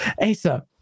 Asa